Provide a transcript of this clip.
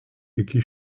iki